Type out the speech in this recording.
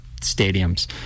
stadiums